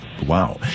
wow